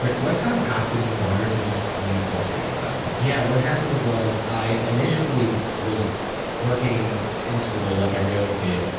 like what kind of path did you wander to just leave wall street and all of that? yeah what happened was i initially was working in school like every other kid.